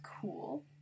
cool